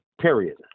Period